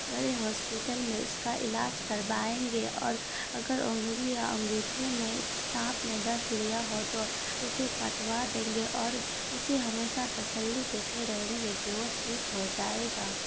بڑے ہاسپیٹل میں اس کا علاج کروائیں گے اور اگر انگلی یا انگوٹھے میں سانپ نے ڈس لیا ہو تو اسے کٹوا دیں گے اور اسے ہمیشہ تسلی دیتے رہیں گے کہ وہ ٹھیک ہو جائے گا